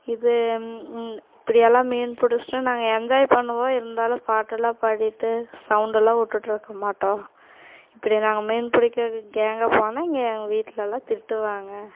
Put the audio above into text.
இது இப்படியெல்லாம் மீன் பிடிச்சிட்டு நாங்கள் என்ஜாய் பண்ணுவோம் இருந்தாலும் பாட்டுலாம் பாடிட்டு சவுண்டெல்லாம் விட்டுட்டு இருக்க மாட்டோம் இப்படி நாங்கள் மீன் பிடிக்கிறக்கு கேங்கா போனால் இங்கே எங்கள் வீட்லலாம் திட்டுவாங்க